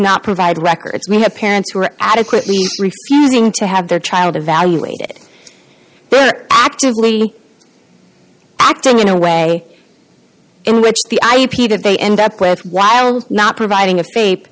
not provide records we have parents who are adequately using to have their child evaluated but actively acting in a way in which the ip did they end up with while not providing a faith